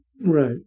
right